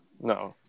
No